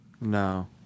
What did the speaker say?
No